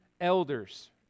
elders